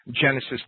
Genesis